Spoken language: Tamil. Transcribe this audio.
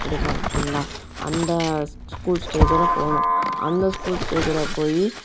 அப்படின்பாங்க பார்த்தீங்களா அந்த ஸ்கூல் ஸ்டேஜ் எல்லாம் போனோம் அந்த ஸ்கூல் ஸ்டேஜில் போய்